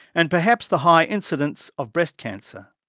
and perhaps the high incidence of breast cancer.